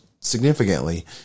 significantly